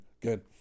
good